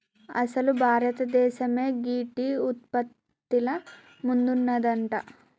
అసలు భారతదేసమే గీ టీ ఉత్పత్తిల ముందున్నదంట